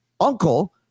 uncle